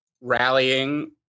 rallying